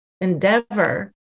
endeavor